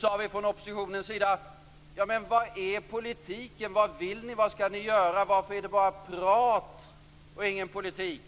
sade vi från oppositionens sida: Vad är politiken? Vad vill ni? Vad skall ni göra? Varför är det bara prat och ingen politik?